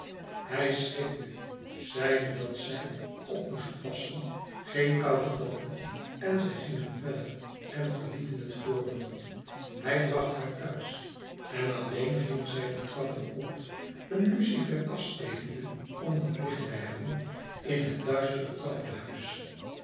hij schrikte zeide dat zij op moest passen geen koû te vatten en zij gingen verder en verlieten het forum hij bracht haar thuis en alleen ging zij de trappen op een lucifer afstekende om wat licht te hebben in het duistere trappenhuis